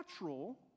natural